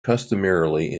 customarily